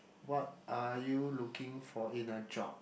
what are you looking for in a job